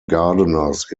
gardeners